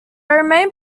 remained